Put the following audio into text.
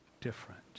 different